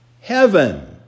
heaven